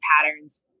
patterns